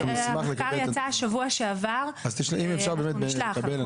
המחקר יצא בשבוע שעבר, ואנחנו נשלח.